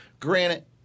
Granted